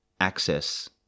access